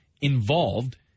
involved